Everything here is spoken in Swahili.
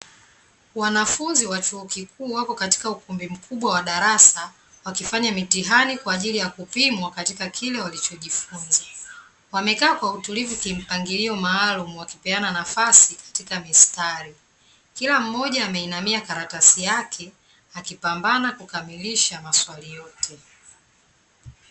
Wanafunzi wa chuo kikuu wako katika ukumbi mkubwa wa darasa wakifanya mitihani kwa ajili ya kupimwa katika kile walichojifunza, wamekaa kwa utulivu kimpangilio maalum wakipeana nafasi katika mistari kila mmoja ameinamia karatasi yake akipambana kukamilisha maswali yote .